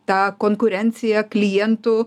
ta konkurencija klientų